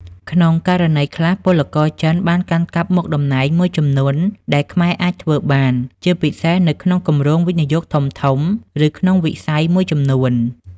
ក្នុងករណីខ្លះ ពលករចិនបានកាន់កាប់មុខតំណែងមួយចំនួនដែលខ្មែរអាចធ្វើបាន ជាពិសេសនៅក្នុងគម្រោងវិនិយោគធំៗ ឬក្នុងវិស័យមួយចំនួន។